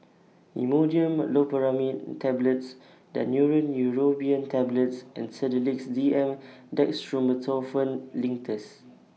Imodium Loperamide Tablets Daneuron Neurobion Tablets and Sedilix D M Dextromethorphan Linctus